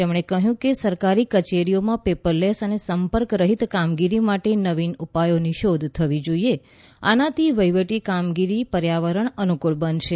તેમણે કહ્યું કે સરકારી કચેરીઓમાં પેપરલેસ અને સંપર્ક રહીત કામગીરી માટે નવીન ઉપાયોની શોધ થવી જોઈએ આનાથી વહીવટી કામગીરી પર્યાવરણ અનુકૂળ બનશે